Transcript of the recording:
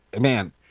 man